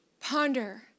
ponder